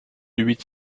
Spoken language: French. huit